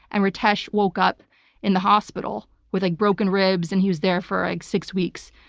and ritesh woke up in the hospital with like broken ribs and he was there for like six weeks.